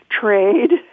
trade